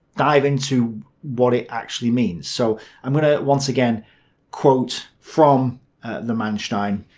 dive into what it actually means. so i'm gonna once again quote from the manstein,